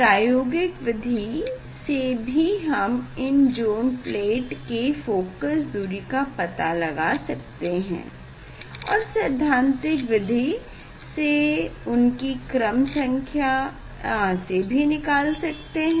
प्रायोगिक विधि से भी हम इन ज़ोन प्लेट के फोकस दूरी का पता लगा सकते हैं और सैद्धांतिक विधि से उनकी क्रम संख्या से भी निकाल सकते हैं